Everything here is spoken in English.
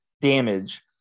damage